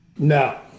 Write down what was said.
No